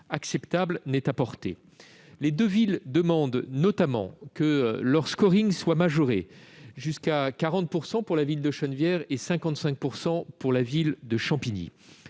acceptable n'est apportée. Les deux villes demandent notamment que leur soit majoré, jusqu'à 40 % pour la ville de Chennevières et jusqu'à 55 % pour la ville de Champigny.